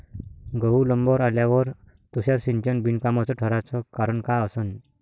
गहू लोम्बावर आल्यावर तुषार सिंचन बिनकामाचं ठराचं कारन का असन?